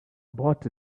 abort